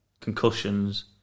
concussions